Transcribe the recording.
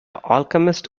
alchemist